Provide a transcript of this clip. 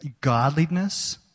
Godliness